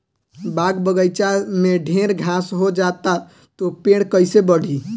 बाग बगइचा में ढेर घास हो जाता तो पेड़ कईसे बढ़ी